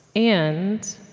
and